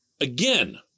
again